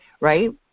Right